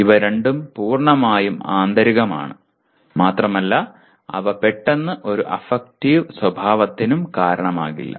ഇവ രണ്ടും പൂർണ്ണമായും ആന്തരികമാണ് മാത്രമല്ല അവ പെട്ടെന്ന് ഒരു അഫക്റ്റീവ് സ്വഭാവത്തിനും കാരണമാകില്ല